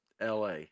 LA